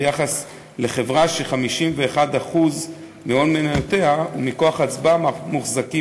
ביחס לחברה ש-51% מהון מניותיה ומכוח ההצבעה בה מוחזקים